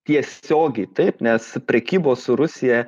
tiesiogiai taip nes prekybos su rusija